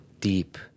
deep